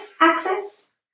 access